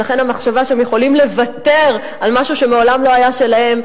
ולכן המחשבה שהם יכולים לוותר על משהו שמעולם לא היה שלהם,